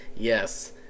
Yes